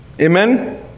Amen